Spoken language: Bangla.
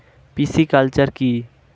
পিসিকালচার কি?